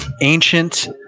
ancient